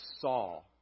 saw